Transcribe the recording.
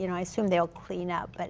you know i assume they'll clean up. but